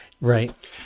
Right